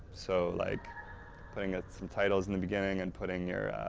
so like putting up some titles in the beginning, and putting your